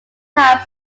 times